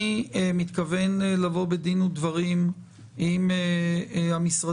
אני מתכוון לבוא בדין ודברים עם המשרדים